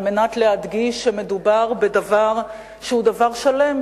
על מנת להדגיש שמדובר בדבר שהוא דבר שלם.